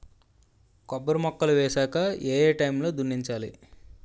కొబ్బరి మొక్కలు వేసాక ఏ ఏ టైమ్ లో దున్నించాలి?